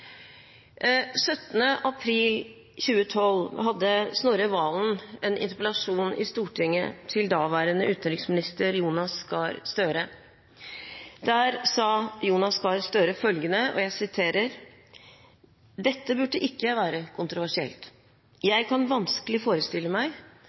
17. april 2012 hadde Snorre Serigstad Valen en interpellasjon i Stortinget til daværende utenriksminister Jonas Gahr Støre, som sa følgende: «Dette burde ikke være kontroversielt. Jeg